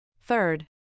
Third